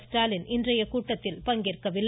ஸ்டாலின் இன்றைய கூட்டத்தில் பங்கேற்கவில்லை